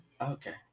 Okay